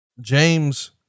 James